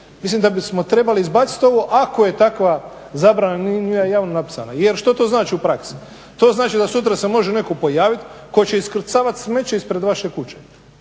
Mislim da bismo trebali izbaciti ovo ako je takva zabrana na njima javno napisana. Jer što to znači u praksi? To znači da sutra se može netko pojaviti tko će iskrcavati smeće ispred vaše kuće